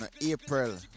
April